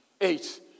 Eight